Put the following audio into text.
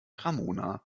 ramona